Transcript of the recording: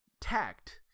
tact